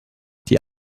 die